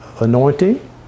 anointing